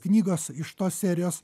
knygos iš tos serijos